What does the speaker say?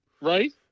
right